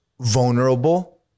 vulnerable